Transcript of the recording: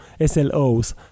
SLOs